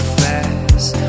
fast